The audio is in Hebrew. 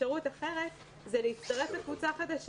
אפשרות אחרת היא להצטרף לקבוצה חדשה.